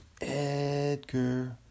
Edgar